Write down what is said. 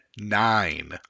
nine